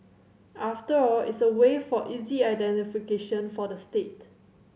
after all it's a way for easy identification for the state